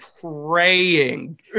praying